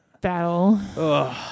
Battle